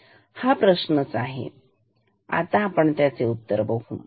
हा प्रश्नच आहे तर आता आपण उत्तर बघू